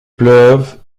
pleuve